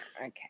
Okay